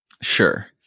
Sure